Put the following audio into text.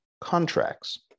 contracts